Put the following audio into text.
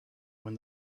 when